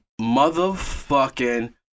motherfucking